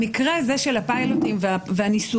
במקרה הזה של הפיילוטים והניסויים,